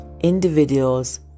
individuals